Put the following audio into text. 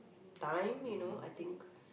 time you know I think